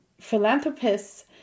philanthropists